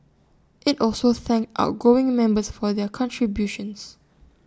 IT also thanked outgoing members for their contributions